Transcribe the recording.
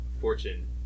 fortune